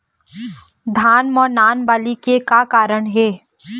धान म नान बाली के का कारण हे?